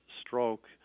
stroke